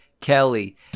Kelly